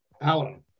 Alan